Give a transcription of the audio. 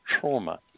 trauma